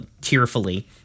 tearfully